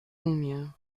mir